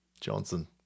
Johnson